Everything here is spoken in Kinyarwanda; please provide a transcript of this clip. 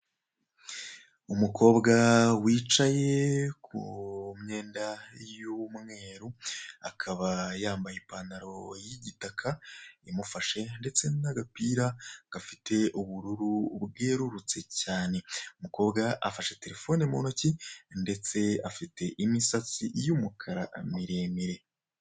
Umukobwa wicaye ku myenda y'umweru, akaba yambaye ipantaro y'igitaka, imufashe ndetse n'agapira gafite ubururu bwerurutse cyane. Umukobwa afashe telefone mu ntoki, ndetse afite imisatsi y'umukara miremire.